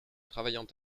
travaillant